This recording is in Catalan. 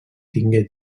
tingué